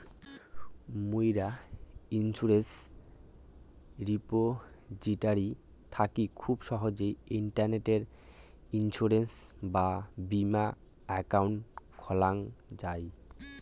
মুইরা insurance repository থাকি খুব সহজেই ইন্টারনেটে ইন্সুরেন্স বা বীমা একাউন্ট খোলাং যাই